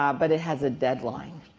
um but it has a deadline.